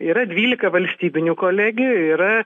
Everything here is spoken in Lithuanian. yra dvylika valstybinių kolegijų yra